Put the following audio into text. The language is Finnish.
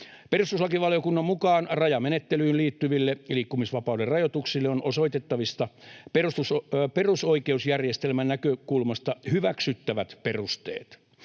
Perustuslakivaliokunnan mukaan rajamenettelyyn liittyville liikkumisvapauden rajoituksille on osoitettavissa perusoikeusjärjestelmän näkökulmasta hyväksyttävät perusteet,